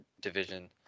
division